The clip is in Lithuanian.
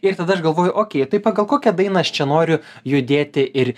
ir tada aš galvoju okei tai pagal kokią dainą aš čia noriu judėti ir